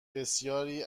بسیاری